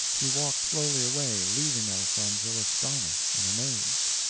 she walked slowly away, leaving elfonzo astonished and amazed.